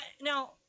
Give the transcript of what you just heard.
now